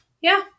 Yeah